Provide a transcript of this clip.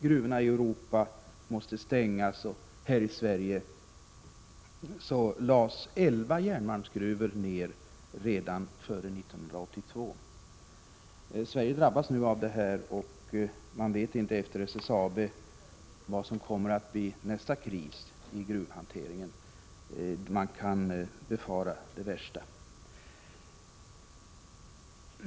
Gruvorna i Europa måste stängas, och här i Sverige lades elva järnmalmsgruvor ned redan före 1982. Sverige drabbas nu av detta, och inom SSAB vet man inte vad som kommer att bli nästa kris i gruvhanteringen. Man kan befara det värsta.